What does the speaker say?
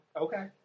Okay